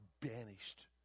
banished